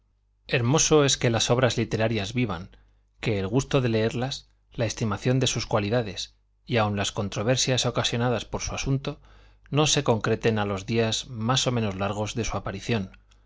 hermoso es que las obras literarias vivan que el gusto de leerlas la estimación de sus cualidades y aun las controversias ocasionadas por su asunto no se concreten a los días más o menos largos de su aparición